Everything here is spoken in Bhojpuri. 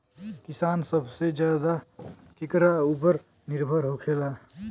किसान सबसे ज्यादा केकरा ऊपर निर्भर होखेला?